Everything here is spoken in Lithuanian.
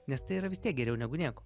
nes tai yra vis tiek geriau negu nieko